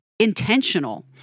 intentional